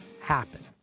happen